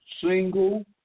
single